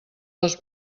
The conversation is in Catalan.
les